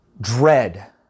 dread